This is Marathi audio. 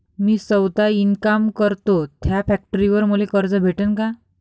मी सौता इनकाम करतो थ्या फॅक्टरीवर मले कर्ज भेटन का?